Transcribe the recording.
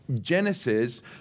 Genesis